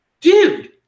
dude